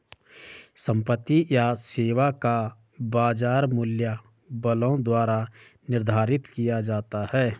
संपत्ति या सेवा का बाजार मूल्य बलों द्वारा निर्धारित किया जाता है